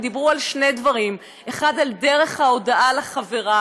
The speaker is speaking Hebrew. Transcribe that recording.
הם דיברו על שני דברים: אחד, על דרך ההודעה לחברה.